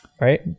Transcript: Right